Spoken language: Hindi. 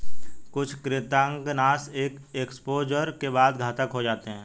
कुछ कृंतकनाशक एक एक्सपोजर के बाद घातक हो जाते है